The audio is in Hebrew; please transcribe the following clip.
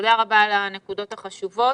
תודה רבה על הנקודות החשובות.